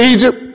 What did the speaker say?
Egypt